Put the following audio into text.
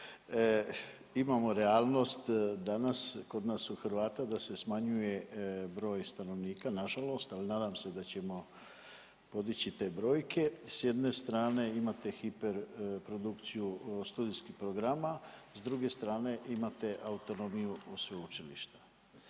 imamo realnost danas kod nas Hrvata da se smanjuje broj stanovnika na žalost, ali nadam se da ćemo podići te brojke. S jedne strane imate hiperprodukciju studijskih programa, s druge strane imate autonomiju u sveučilištu.